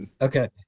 Okay